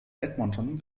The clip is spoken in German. edmonton